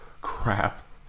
crap